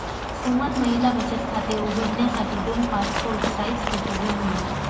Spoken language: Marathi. सुमन महिला बचत खाते उघडण्यासाठी दोन पासपोर्ट साइज फोटो घेऊन गेली